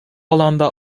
alanda